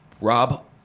Rob